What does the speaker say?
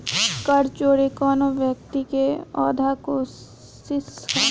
कर चोरी कवनो व्यक्ति के अवैध कोशिस ह